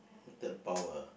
mutant power ah